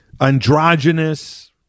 androgynous